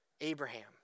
Abraham